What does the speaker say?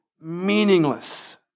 meaningless